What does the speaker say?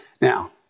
Now